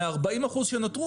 מה-40% שנותרו,